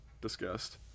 discussed